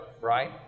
right